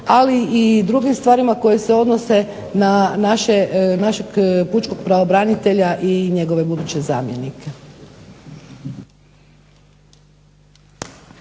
ali i drugim stvarima koje se odnose na našeg pučkog pravobranitelja i njegove buduće zamjenike.